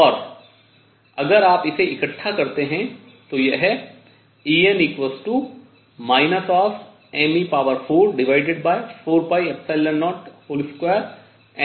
और अगर आप इसे इकट्ठा करते हैं तो यह En me4402n22 आता है